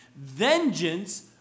vengeance